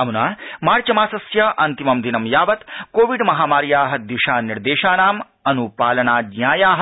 अमुना मार्चमासस्य अम्तियं दिनं यावत् कोविड महामार्याः दिशानिर्देशानां अनुपालनाज्ञायाः